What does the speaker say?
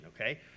okay